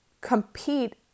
compete